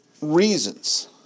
reasons